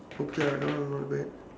okay ah that one not bad